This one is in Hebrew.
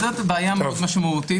אז זאת בעיה משמעותית,